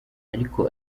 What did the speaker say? ariko